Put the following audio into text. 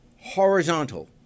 horizontal